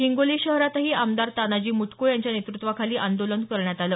हिंगोली शहरातही आमदार तानाजी मुटकुळे यांच्या नेतुत्वाखाली आंदोलन करण्यात आलं